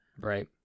right